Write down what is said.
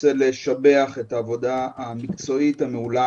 אני רוצה לשבח את העבודה המקצועית והמעולה